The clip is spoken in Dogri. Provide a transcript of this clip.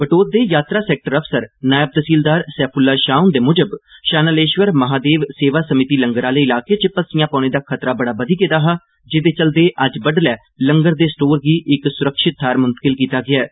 बटोत दे यात्रा सैक्टर अफसर नायब तैहसीलदार सैफूल्लाह शाह हुंदे मुजब शानालेश्वर महादेव सेवा समिति लंगर आहले इलाके च पस्सिया पौने दा खतरा बड़ा बघी गेदा हा जेहदे चलदे अज्ज बड़डलै लंगर दे स्टोर गी इक सुरक्षित थाहर मुंतकिल कीता गेआ ऐ